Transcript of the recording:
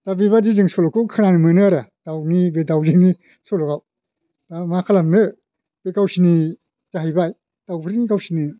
दा बेबायदि जों सल'खौ खोनानो मोनो आरो दावनि बे दावजेंनि सल'आव दा मा खालामनो बे गावसिनि जाहैबाय दावजेंनि गावसिनि